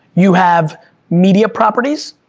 you have media properties?